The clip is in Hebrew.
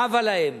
חבה להם